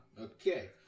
Okay